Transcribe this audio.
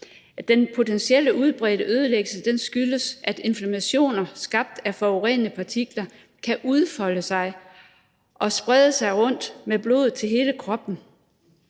Den potentielle udbredte ødelæggelse skyldes, at inflammationer skabt af forurenende partikler kan udfolde sig og sprede sig rundt med blodet til hele kroppen.